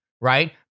right